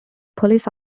police